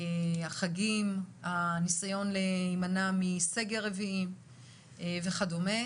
החגים, הניסיון להימנע מסגר רביעי וכדומה